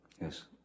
Yes